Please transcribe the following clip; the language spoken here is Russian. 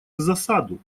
засаду